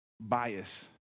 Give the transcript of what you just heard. bias